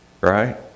Right